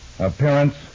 Appearance